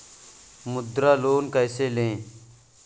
मुद्रा लोन कैसे ले?